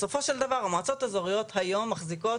בסופו של דבר המועצות האזוריות היום מחזיקות